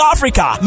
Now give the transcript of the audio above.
Africa